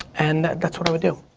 and that's what i would do.